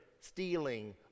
stealing